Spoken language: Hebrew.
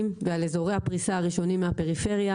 ועל אזורי הפריסה הראשונים מהפריפריה.